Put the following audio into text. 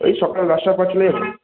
এই সকাল দশটার পর চলে যাব